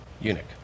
eunuch